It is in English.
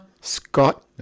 Scott